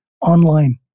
online